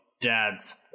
Dad's